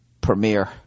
premiere